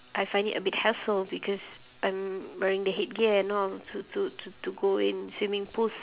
I find it a bit hassle because I'm wearing the headgear and all to to to to go in swimming pools